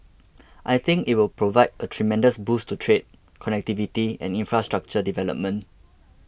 I think it will provide a tremendous boost to trade connectivity and infrastructure development